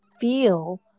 feel